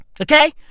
Okay